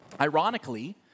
Ironically